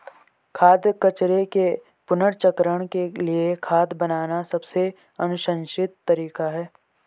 खाद्य कचरे के पुनर्चक्रण के लिए खाद बनाना सबसे अनुशंसित तरीका है